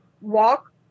walk